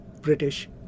British